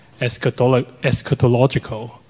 eschatological